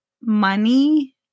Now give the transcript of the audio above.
money